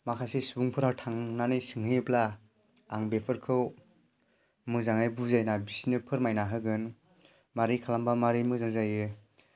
माखासे सुबुंफोरा थांनानै सोंहैयोब्ला आं बेफोरखौ मोजाङै बुजायना बिसोरनो फोरमायना होगोन माबोरै खालामोब्ला माबोरै मोजां जायो